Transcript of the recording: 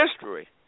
history